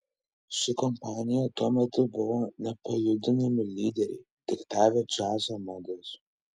ši kompanija tuo metu buvo nepajudinami lyderiai diktavę džiazo madas